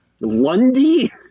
Lundy